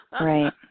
Right